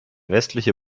westliche